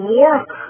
work